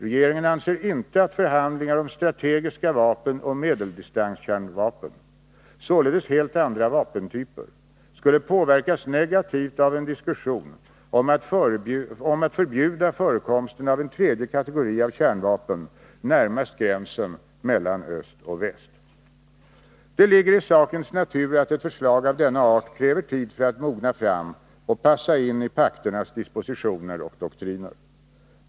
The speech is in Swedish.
Regeringen anser inte att förhandlingar om strategiska vapen och medeldistanskärnvapen — således helt andra vapentyper — skulle påverkas negativt av en diskussion om att förbjuda förekomsten av en tredje kategori av kärnvapen närmast gränsen mellan öst och väst. Det ligger i sakens natur att ett förslag av denna art kräver tid för att mogna fram och passa in i pakternas dispositioner och doktriner.